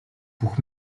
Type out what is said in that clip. бүх